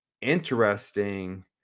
interesting